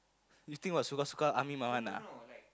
you think what suka suka army my one ah